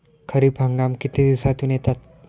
खरीप हंगाम किती दिवसातून येतात?